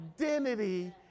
identity